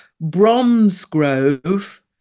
Bromsgrove